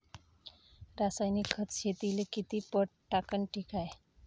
रासायनिक खत शेतीले किती पट टाकनं ठीक हाये?